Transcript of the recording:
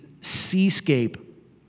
seascape